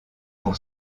pour